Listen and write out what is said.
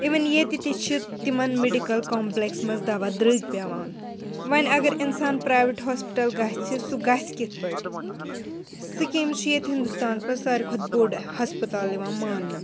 اِوٕن ییٚتہِ تہِ چھِ تِمَن میڈِکَل کَمپٕلٮ۪کٕس منٛز دَوا دٔرٛگۍ پٮ۪وان وَنہِ اگر اِنسان پرٛایویٹ ہاسپِٹَل گَژھِ سُہ گژھِ کِتھ پٲٹھۍ سِکیٖم چھِ ییٚتہِ ہِندوستانَس منٛز ساروی کھۄتہٕ بوٚڈ ہَسپَتال یِوان ماننہٕ